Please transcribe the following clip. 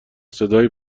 صدای